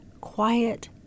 quiet